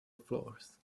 floors